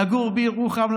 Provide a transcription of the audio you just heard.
לגור בירוחם,